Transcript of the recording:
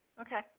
Okay